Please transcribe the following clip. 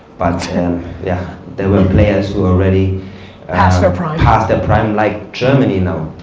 but yeah, there were players who already past their prime. past their prime. like germany now,